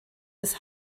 des